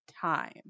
time